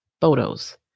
photos